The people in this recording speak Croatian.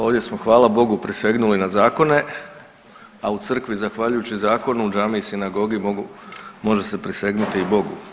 Ovdje smo hvala Bogu prisegnuli na zakone, a u crkvi zahvaljujući zakonu u džamiji i sinagogi može se prisegnuti i Bogu.